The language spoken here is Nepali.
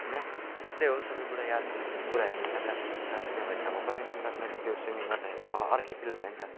होइन त्यही हो सब कुरा याद कुराहरू याद राख्नु पर्छ किनभने अब कति दिन बाद मैले त्यो सुइमिङ गर्दाखेरि त मलाई अर्कै फिल भयो नि त